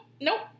Nope